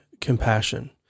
compassion